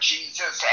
Jesus